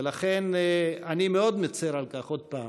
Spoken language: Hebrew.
ולכן אני מאוד מצר על כך, עוד פעם,